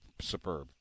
superb